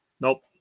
Nope